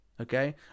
okay